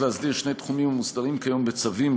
בשם שר התחבורה והבטיחות בדרכים,